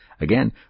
Again